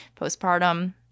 postpartum